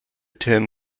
term